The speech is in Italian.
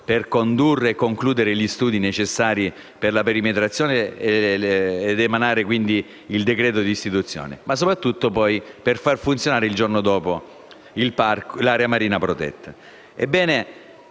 per condurre e concludere gli studi necessari per la perimetrazione ed emanare il decreto di istituzione, ma soprattutto, poi, per far funzionare, dal giorno successivo, l'area marina protetta.